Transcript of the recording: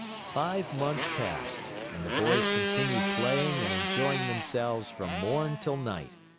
five months passed and the boys continued playing and enjoying themselves from morn till night,